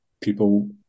people